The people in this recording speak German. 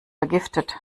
vergiftet